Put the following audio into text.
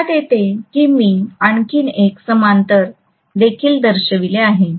लक्षात येते की मी आणखी एक समांतर देखील दर्शविले आहे